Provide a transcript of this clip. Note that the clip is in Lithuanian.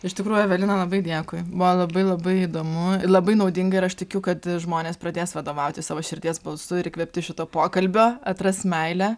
iš tikrųjų evelina labai dėkui buvo labai labai įdomu labai naudinga ir aš tikiu kad žmonės pradės vadovautis savo širdies balsu ir įkvėpti šito pokalbio atras meilę